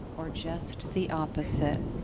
or just the opposite.